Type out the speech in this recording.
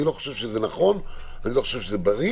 אני לא חושב שזה נכון, אני לא חושב שזה בריא.